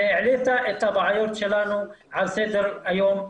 והעלית את הבעיות שלנו על סדר היום.